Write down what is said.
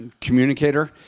communicator